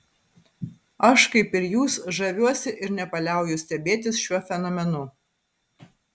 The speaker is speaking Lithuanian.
aš kaip ir jūs žaviuosi ir nepaliauju stebėtis šiuo fenomenu